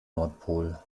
nordpol